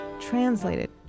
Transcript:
translated